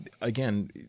again